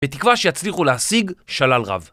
בתקווה שיצליחו להשיג שלל רב.